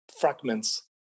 fragments